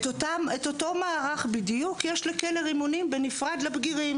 את אותו מערך בדיוק יש לכלא רימונים בנפרד לבגירים.